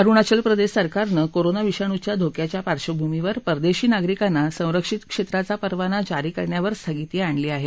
अरुणाचल प्रदेश सरकारनं कोरोना विषाणूच्या धोक्याच्या पार्बभूमीवर परदेशी नागरिकांना संरक्षित क्षेत्राचा परवाना जारी करण्यावर स्थगिती आणली आहे